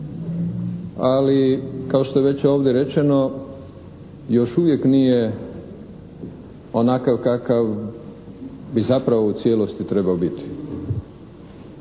Ali, kao što je već ovdje rečeno još uvijek nije onakav kakav bi zapravo u cijelosti trebao biti.